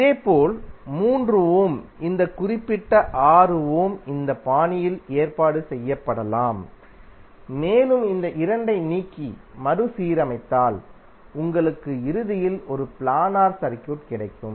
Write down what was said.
இதேபோல் 3 ஓம் இந்த குறிப்பிட்ட 6 ஓம் இந்த பாணியில் ஏற்பாடு செய்யப்படலாம் மேலும் இந்த 2 ஐ நீக்கி மறுசீரமைத்தால் உங்களுக்கு இறுதியில் ஒரு பிளானர் சர்க்யூட் கிடைக்கும்